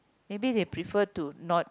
maybe they prefer to not